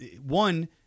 one